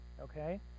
okay